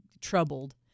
troubled